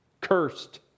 cursed